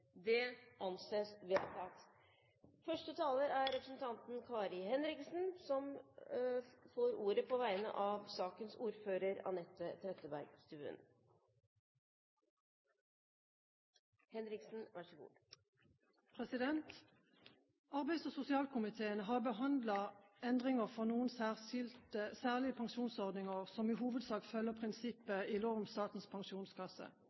Det anses vedtatt. Representanten Kari Henriksen får ordet som første taler på vegne av sakens ordfører, Anette Trettebergstuen. Arbeids- og sosialkomiteen har behandlet endringer for noen særlige pensjonsordninger, som i hovedsak følger prinsipper i lov om Statens pensjonskasse.